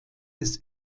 des